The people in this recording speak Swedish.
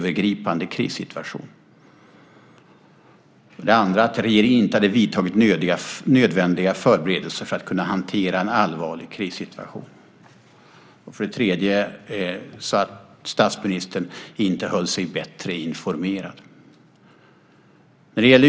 För det andra får han kritik han för att regeringen inte hade gjort de nödvändiga förberedelserna för att kunna hantera en allvarlig krissituation. För det tredje kritiseras att statsministern inte höll sig bättre informerad.